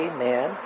Amen